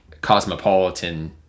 cosmopolitan